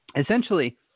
Essentially